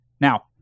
Now